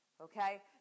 Okay